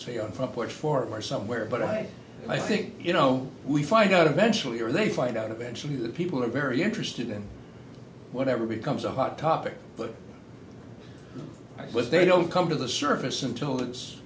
say on front porch for or somewhere but i i think you know we find out eventually or they find out eventually that people are very interested in whatever becomes a hot topic but they don't come to the surface until it's